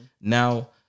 Now